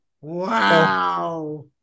Wow